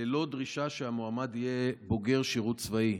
ללא דרישה שהמועמד יהיה בוגר שירות צבאי.